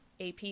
AP